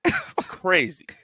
Crazy